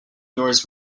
doors